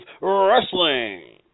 Wrestling